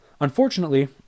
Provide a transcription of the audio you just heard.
Unfortunately